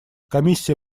комиссия